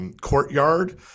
courtyard